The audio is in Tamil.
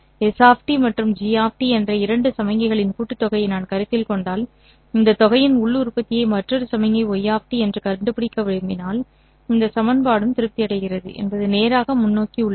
S g என்ற இரண்டு சமிக்ஞைகளின் கூட்டுத்தொகையை நான் கருத்தில் கொண்டால் இந்த தொகையின் உள் உற்பத்தியை மற்றொரு சமிக்ஞை y என்று கண்டுபிடிக்க விரும்பினால் இந்த சமன்பாடும் திருப்தி அடைகிறது என்பது நேராக முன்னோக்கி உள்ளது